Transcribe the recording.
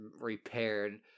repaired